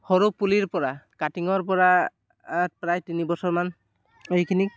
সৰু পুলিৰ পৰা কাটিঙৰ পৰা প্ৰায় তিনি বছৰমান এইখিনি